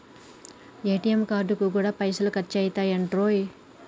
ATM కార్డుకు గూడా పైసలు ఖర్చయితయటరో